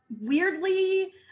weirdly